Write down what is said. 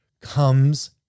Comes